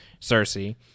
cersei